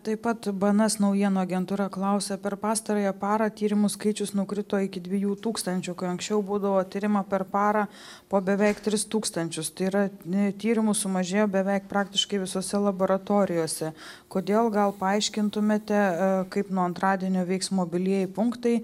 taip pat bns naujienų agentūra klausia per pastarąją parą tyrimų skaičius nukrito iki dviejų tūkstančių kai anksčiau būdavo tiriama per parą po beveik tris tūkstančius tai yra ne tyrimų sumažėjo beveik praktiškai visose laboratorijose kodėl gal paaiškintumėte kaip nuo antradienio veiks mobilieji punktai